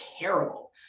terrible